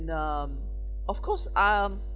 um of course um